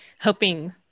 hoping